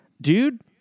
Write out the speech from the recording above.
dude